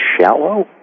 shallow